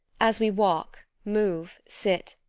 as we walk, move, sit,